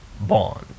Bond